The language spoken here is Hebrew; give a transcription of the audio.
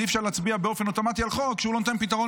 אי-אפשר להצביע באופן אוטומטי על חוק שאינו נותן פתרון